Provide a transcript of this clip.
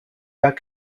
bat